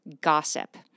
gossip